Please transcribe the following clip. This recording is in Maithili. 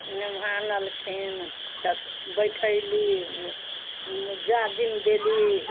मेहमान अयलखिन तऽ बैठैली जाजिम देली